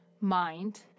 mind